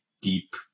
deep